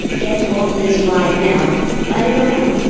get off this ride now! but i didn't know how.